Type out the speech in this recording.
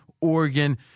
Oregon